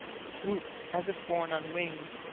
swooped, as if borne on wings,